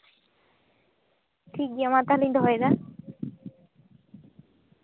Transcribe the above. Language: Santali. ᱴᱷᱤᱠᱜᱮᱭᱟ ᱢᱟ ᱛᱟᱦᱞᱮᱧ ᱫᱚᱦᱚᱭᱫᱟ